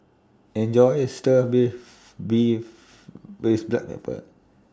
Enjoy your Stir Beef Beef with Black Pepper